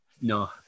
No